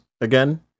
again